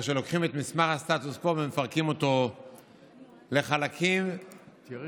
כאשר לוקחים את מסמך הסטטוס קוו ומפרקים אותו לחלקים ומסרסים